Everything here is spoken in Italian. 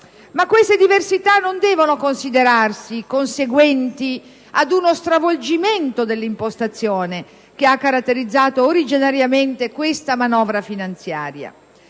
Ma queste diversità non devono considerarsi conseguenti ad uno stravolgimento dell'impostazione che ha caratterizzato originariamente la manovra finanziaria.